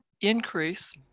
increase